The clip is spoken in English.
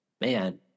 man